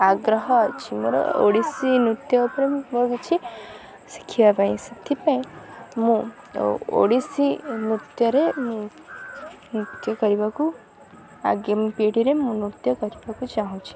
ଆଗ୍ରହ ଅଛି ମୋର ଓଡ଼ିଶୀ ନୃତ୍ୟ ଉପରେ ମୋର କିଛି ଶିଖିବା ପାଇଁ ସେଥିପାଇଁ ମୁଁ ଓଡ଼ିଶୀ ନୃତ୍ୟରେ ନୃତ୍ୟ କରିବାକୁ ଆଗେ ପିଢ଼ିରେ ମୁଁ ନୃତ୍ୟ କରିବାକୁ ଚାହୁଁଛି